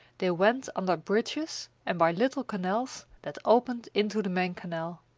they went under bridges and by little canals that opened into the main canal.